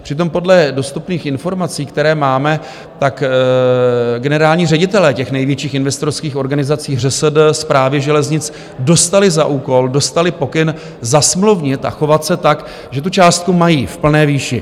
Přitom podle dostupných informací, které máme, generální ředitelé největších investorských organizací, ŘSD, Správy železnic, dostali za úkol, dostali pokyn zasmluvnit a chovat se tak, že tu částku mají v plné výši.